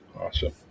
Awesome